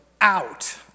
out